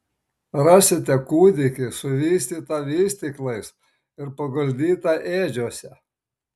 rasite kūdikį suvystytą vystyklais ir paguldytą ėdžiose